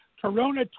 Corona